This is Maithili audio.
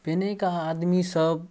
पहिलुका आदमीसभ